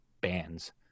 bands